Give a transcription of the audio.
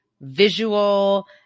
visual